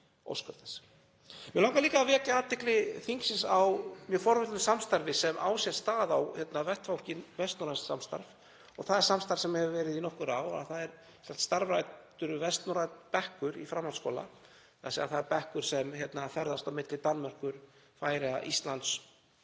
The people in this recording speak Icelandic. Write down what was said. óskaði þess. Mig langar líka að vekja athygli þingsins á mjög forvitnilegu samstarfi sem á sér stað á vettvangi vestnorræns samstarfs, og það er samstarf sem hefur verið í nokkur ár. Það er starfræktur vestnorrænn bekkur í framhaldsskóla, þ.e. bekkur sem ferðast á milli Danmerkur, Færeyja, Íslands